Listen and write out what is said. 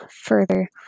further